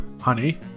Honey